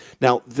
Now